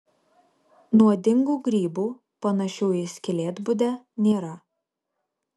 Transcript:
nuodingų grybų panašių į skylėtbudę nėra